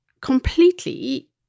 completely